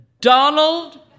Donald